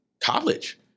college